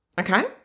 Okay